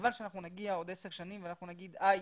חבל שאנחנו נגיע עוד עשר שנים ואנחנו נגיד איי,